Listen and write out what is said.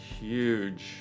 huge